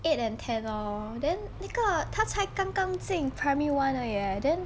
eight and ten lor then 那个他才刚刚进 primary one 而已 leh then